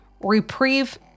reprieve